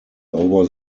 over